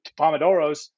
Pomodoros